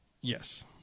Yes